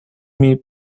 meat